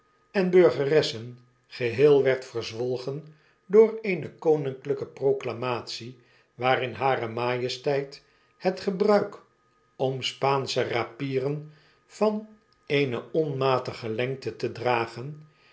en burgeressen geheel werd verzwolgen door eene koninklpe proclamatie waann hare majesteit hetgebruik om spaansche rapieren van eene onmatige lengte te dragen